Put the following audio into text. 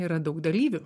yra daug dalyvių